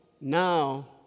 now